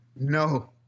No